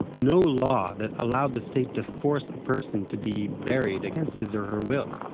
no law that allowed the state to force a person to be buried against his or her will.